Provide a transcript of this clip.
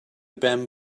ben